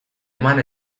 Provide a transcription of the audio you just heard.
eman